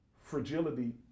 fragility